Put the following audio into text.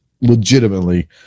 legitimately